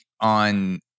on